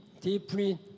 deeply